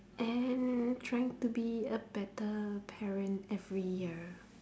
and trying to be a better parent every year